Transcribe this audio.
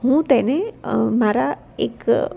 હું તેને મારા એક